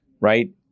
right